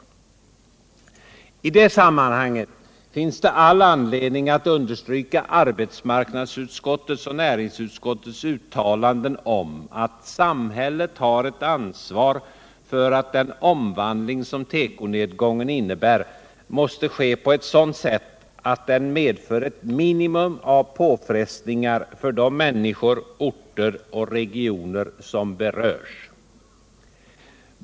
I det sammanhanget finns det all anledning att understryka arbetsmarknadsutskottets och näringsutskottets uttalanden om att samhället har ett ansvar för att den omvandling som tekonedgången innebär sker på ett sådant sätt att den medför ett minimum av påfrestningar för de människor, orter och regioner som berörs.